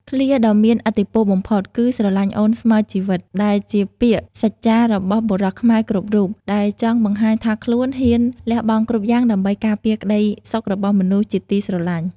ឃ្លាដ៏មានឥទ្ធិពលបំផុតគឺ "ស្រឡាញ់អូនស្មើជីវិត" ដែលជាពាក្យសច្ចចារបស់បុរសខ្មែរគ្រប់រូប ដែលចង់បង្ហាញថាខ្លួនហ៊ានលះបង់គ្រប់យ៉ាងដើម្បីការពារក្តីសុខរបស់មនុស្សជាទីស្រឡាញ់។